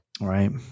right